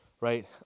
right